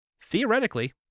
Theoretically